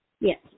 Yes